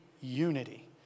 unity